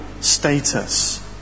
status